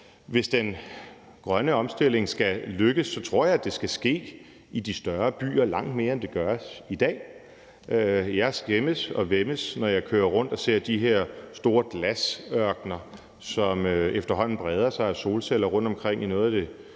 hvis den grønne omstilling skal lykkes, tror jeg, det skal ske langt mere i de større byer, end det gør i dag. Jeg skæmmes og væmmes, når jeg kører rundt og ser de her store glasørkener af solceller, som efterhånden breder sig rundtomkring i noget af det